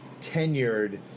tenured